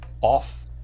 off